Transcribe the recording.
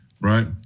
right